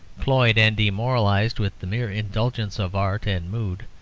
cloyed and demoralized with the mere indulgence of art and mood,